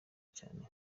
cyane